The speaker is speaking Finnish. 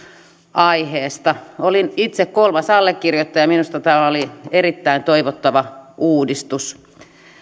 aiheesta olin itse kolmas allekirjoittaja ja minusta tämä oli erittäin toivottava uudistus